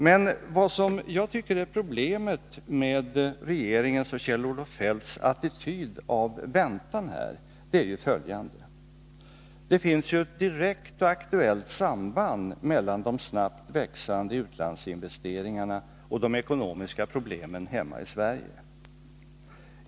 Det som enligt min mening är problemet med regeringens och Kjell-Olof Feldts attityd av väntan är följande: Det finns ett direkt och aktuellt samband mellan de snabbt växande utlandsinvesteringarna och de ekonomiska problemen hemma i Sverige.